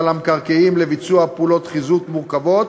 בעל המקרקעין לביצוע פעולות חיזוק מורכבות